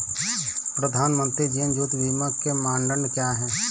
प्रधानमंत्री जीवन ज्योति बीमा योजना के मानदंड क्या हैं?